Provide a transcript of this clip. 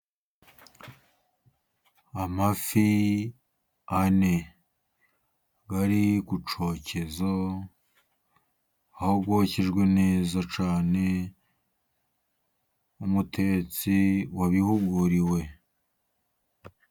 Amafi ane ari ku cyokezo, aho yokejwe neza cyane n'umutetsi wabihuguriwe.